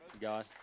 God